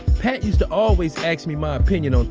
pat used to always ask me my opinion on